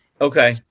Okay